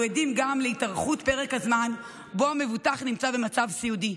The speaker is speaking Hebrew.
אנחנו עדים גם להתארכות פרק הזמן שבו המבוטח נמצא במצב סיעודי.